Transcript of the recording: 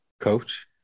coach